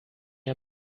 mir